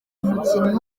umukinnyi